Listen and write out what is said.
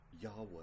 Yahweh